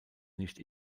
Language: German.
nicht